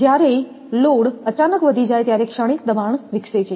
જ્યારે લોડ અચાનક વધી જાય ત્યારે ક્ષણિક દબાણ વિકસે છે